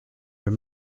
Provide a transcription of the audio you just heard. vais